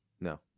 No